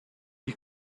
you